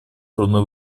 трудный